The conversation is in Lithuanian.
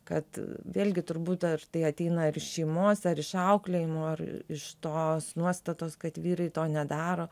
kad vėlgi turbūt ar tai ateina ar šeimos ar iš auklėjimo ar iš tos nuostatos kad vyrai to nedaro